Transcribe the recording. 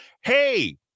Hey